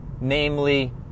namely